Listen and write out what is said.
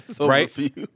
Right